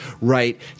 right